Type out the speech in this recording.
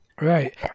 Right